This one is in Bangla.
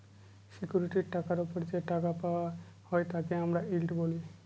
সিকিউরিটি টাকার ওপর যে টাকা পাওয়া হয় তাকে আমরা ইল্ড বলি